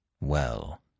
Well